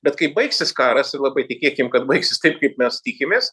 bet kai baigsis karas ir labai tikėkim kad baigsis taip kaip mes tikimės